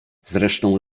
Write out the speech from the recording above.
zresztą